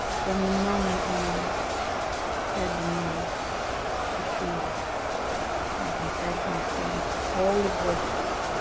from the moment when i said the name yeshua and i confessed, my sins all the voices